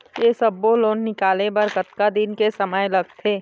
ये सब्बो लोन निकाले बर कतका दिन के समय लगथे?